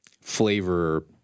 flavor